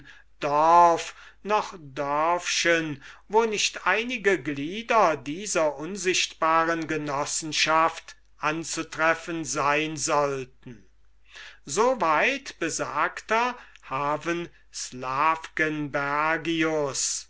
dorf noch dörfchen wo nicht einige glieder dieser unsichtbaren genossenschaft anzutreffen sein sollten so weit besagter